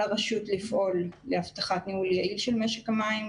על הרשות לפעול להבטחת ניהול יעיל של משק המים,